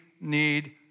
need